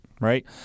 right